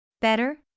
Better